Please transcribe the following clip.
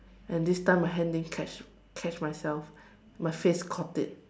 and this time my hand didn't catch catch myself my face caught it